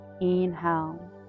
inhale